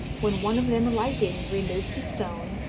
when one of them alighting, removed the stone,